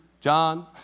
John